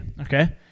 Okay